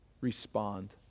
Respond